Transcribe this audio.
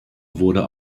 wurde